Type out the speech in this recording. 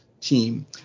team